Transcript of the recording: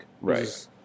Right